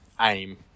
aim